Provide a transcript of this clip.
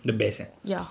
the best eh